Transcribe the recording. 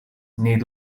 need